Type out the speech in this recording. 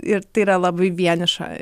ir tai yra labai vieniša